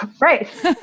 Right